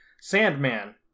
Sandman